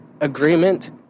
agreement